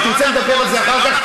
אם תרצה, נדבר על זה אחר כך.